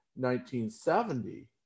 1970